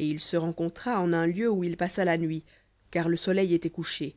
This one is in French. et il se rencontra en un lieu où il passa la nuit car le soleil était couché